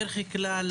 בדרך כלל,